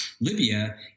Libya